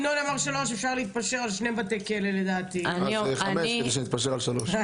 ינון אמר שלושה ולדעתי אפשר להתפשר על שני בתי כלא.